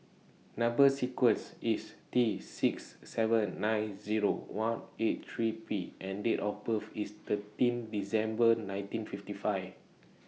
Number sequence IS T six seven nine Zero one eight three P and Date of birth IS thirteen December nineteen fifty five